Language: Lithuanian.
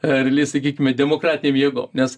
a realiai sakykime demokratinėm jėgom nes